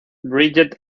bridget